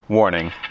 Warning